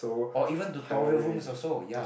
or even tutorial rooms also ya